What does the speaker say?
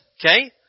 Okay